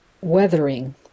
weathering